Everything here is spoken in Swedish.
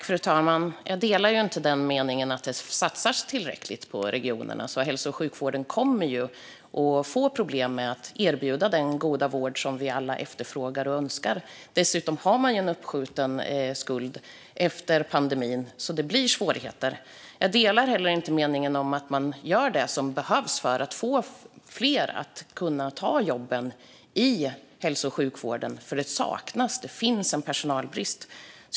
Fru talman! Jag håller inte med om att det satsas tillräckligt på regionerna. Hälso och sjukvården kommer att få problem med att erbjuda den goda vård som vi alla efterfrågar och önskar. Dessutom har man ju en uppskjuten skuld efter pandemin, så det blir svårigheter. Jag håller heller inte med om att man gör det som behövs för att få fler att kunna ta jobben i hälso och sjukvården. Det råder personalbrist.